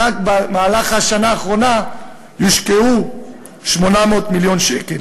רק במהלך השנה האחרונה הושקעו 800 מיליון שקל.